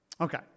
Okay